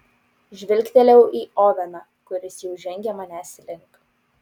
žvilgtelėjau į oveną kuris jau žengė manęs link